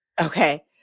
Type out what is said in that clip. Okay